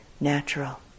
natural